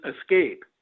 escape